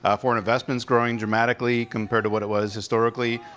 ah foreign investment's growing dramatically compared to what it was historically,